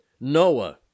Noah